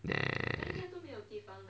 neh